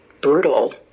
brutal